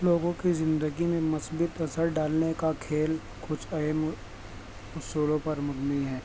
لوگوں کی زندگی میں مُثبت اثر ڈالنے کا کھیل کچھ اہم اصولوں پر مبنی ہے